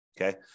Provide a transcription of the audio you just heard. okay